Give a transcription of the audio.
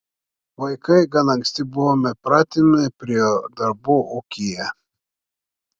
vaikai gan anksti buvome pratinami prie darbų ūkyje